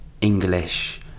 English